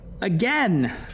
again